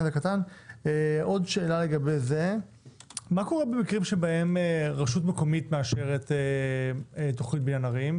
מה קורה במקרים שבהם רשות מקומית מאשרת תוכנית בניין ערים,